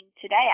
today